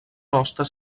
hostes